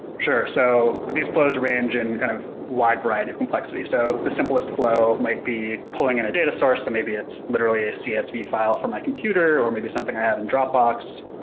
sure. so these fl ows range in a kind of wide variety of complexity. so the simplest fl ow might be pulling in a data source, so maybe it's literally a csv fi le for my computer, or maybe something i have in dropbox,